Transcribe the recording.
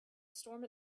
storm